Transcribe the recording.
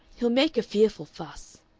he'll make a fearful fuss.